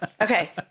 okay